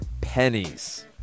pennies